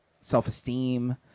self-esteem